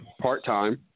part-time